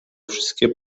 wszystkie